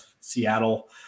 Seattle